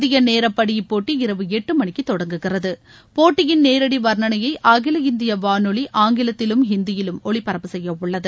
இந்திய நேரப்படி இப்போட்டி இரவு எட்டு மணிக்கு தொடங்குகிறது போட்டியின் நேரடி வர்ணணையை அகில இந்திய வானொலி ஆங்கிலத்திலும் ஹிந்தியிலும் ஒலிபரப்பு செய்யவுள்ளது